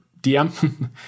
DM